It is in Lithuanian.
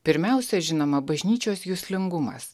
pirmiausia žinoma bažnyčios juslingumas